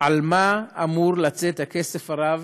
על מה אמור לצאת הכסף הרב